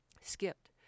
skipped